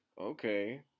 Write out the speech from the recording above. okay